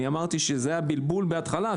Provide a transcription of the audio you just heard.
אמרתי שזה היה בלבול בהתחלה,